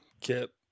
kip